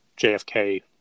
JFK